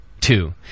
Two